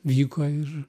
vyko ir